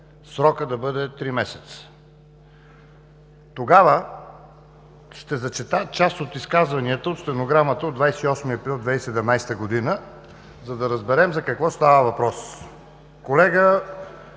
срокът да бъде три месеца. Тогава ще зачета част от изказванията от стенограмата от 28 април 2017 г., за да разберем за какво става въпрос. Колега